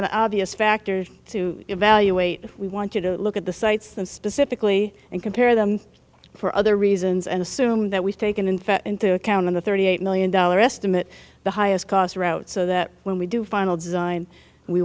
an obvious factors to evaluate we want you to look at the sites them specifically and compare them for other reasons and assume that we've taken in fact into account in the thirty eight million dollar estimate the highest cost route so that when we do final design